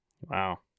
Wow